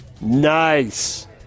Nice